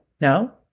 No